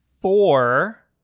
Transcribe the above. four